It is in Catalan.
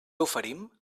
oferim